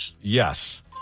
Yes